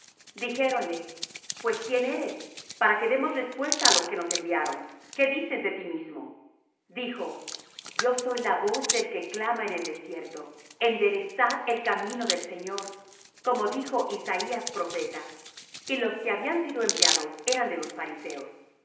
dijéronle pues quién eres para que demos respuesta á los que nos enviaron qué dices de ti mismo dijo yo soy la voz del que clama en el desierto enderezad el camino del señor como dijo isaías profeta y los que habían sido enviados eran de los fariseos y